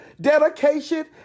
dedication